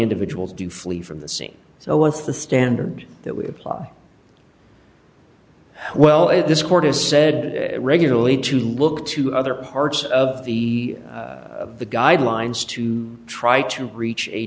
individuals do flee from the scene so what's the standard that we apply well in this court has said regularly to look to other parts of the guidelines to try to reach a